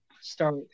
start